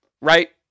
right